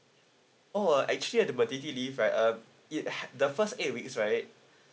oh actually the maternity leave right uh it had the first eight weeks right